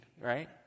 right